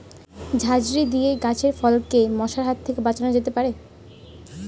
ঝাঁঝরি দিয়ে গাছের ফলকে মশার হাত থেকে বাঁচানো যেতে পারে?